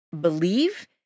believe